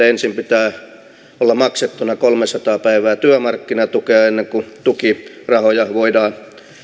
ensin pitää olla maksettuna kolmesataa päivää työmarkkinatukea ennen kuin tukirahoja voidaan